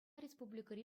республикӑри